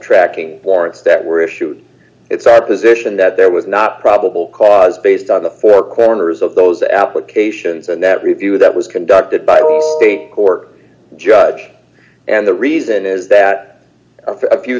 tracking warrants that were issued it's our position that there was not probable cause based on the four corners of those applications and that review that was conducted by a court judge and the reason is that a few